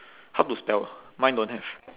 how to spell mine don't have